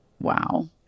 Wow